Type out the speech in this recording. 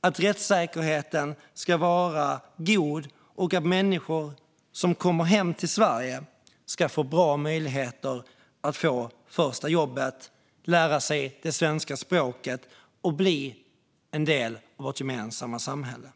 att rättssäkerheten ska vara god och att människor som kommer hem till Sverige ska få bra möjligheter att få första jobbet, lära sig det svenska språket och bli en del av vårt gemensamma samhälle.